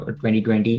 2020